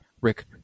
rick